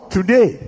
Today